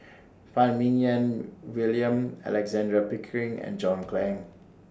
Phan Ming Yen William Alexander Pickering and John Clang